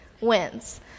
wins